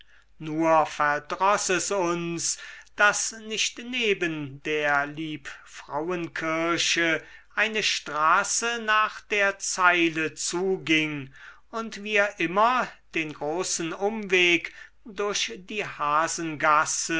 nur verdroß es uns daß nicht neben der liebfrauenkirche eine straße nach der zeile zuging und wir immer den großen umweg durch die